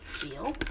feel